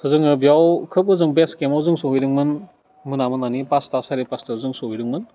त' जोङो बेयाव खोब ओजों बेस केम्पआव जों सहैदोंमोन मोना मोनानि पासता सारे पासतायाव जों सहैदोंमोन